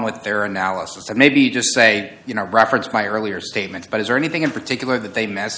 with their analysis and maybe just say you know i've referenced my earlier statements but is there anything in particular that they ma